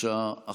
בשעה